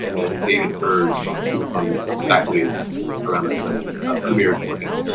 david burge who was on the back wheel around that time premiered for him.